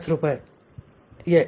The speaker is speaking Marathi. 675 रुपये आहे